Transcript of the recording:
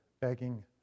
begging